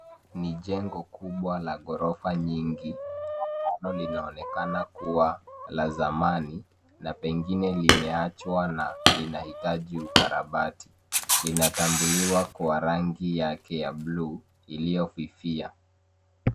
Ni jengo kubwa la ghorofa nyingi ambalo linaonekana kuwa la zamani na pengine limeachwa na linahitaji ukarabati linatambuliwa kwa rangi yake ya buluu iliyofifia